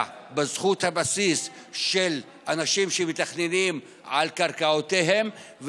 בזכות הבסיסית של אנשים שמתכננים על קרקעותיהם,